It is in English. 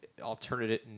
alternative